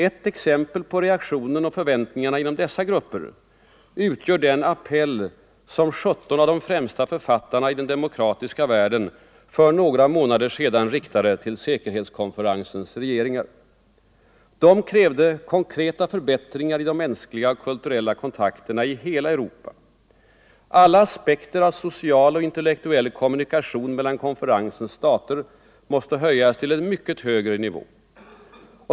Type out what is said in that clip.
Ett exempel på reaktionen och förväntningarna inom dessa grupper utgör den appell som 17 av de främsta författarna i den demokratiska världen för några månader sedan riktade till säkerhetskonferensens re — Nr 127 geringar. De krävde konkreta förbättringar i de mänskliga och kulturella Fredagen den kontakterna i hela Europa. Alla aspekter av social och intellektuell kom 22 november 1974 munikation mellan konferensens stater måste höjas till en mycket högre I nivå.